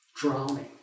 Drowning